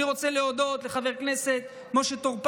אני רוצה להודות לחבר הכנסת משה טור פז,